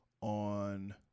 On